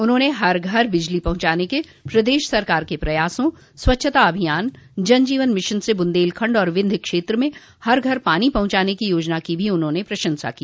उन्होंने हर घर बिजली पहुंचाने के प्रदेश सरकार के प्रयासों स्वच्छता अभियान जनजीवन मिशन से बुंदेलखंड और विन्ध्य क्षेत्र में हर घर पानी पहुंचाने की योजना की भी प्रशंसा की